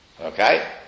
Okay